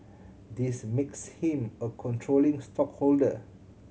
this makes him a controlling stakeholder